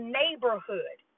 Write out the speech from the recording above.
neighborhood